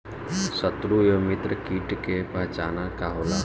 सत्रु व मित्र कीट के पहचान का होला?